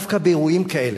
דווקא באירועים כאלה,